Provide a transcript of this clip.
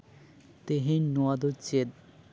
ᱛᱮᱦᱮᱧ ᱱᱚᱣᱟ ᱫᱚ ᱪᱮᱫ